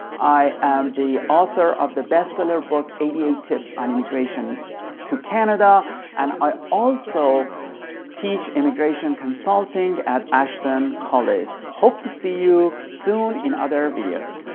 i am the author of the bestseller book eighty eight tips on immigration to canada and i also teach immigration consulting at ashton college. hope to see you soon in other videos.